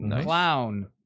Clown